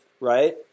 right